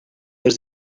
was